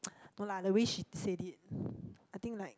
no lah the way she'd said it I think like